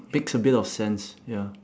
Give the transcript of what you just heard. makes a bit of sense ya